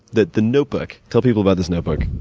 the the notebook. tell people about this notebook.